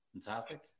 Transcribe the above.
Fantastic